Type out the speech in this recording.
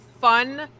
fun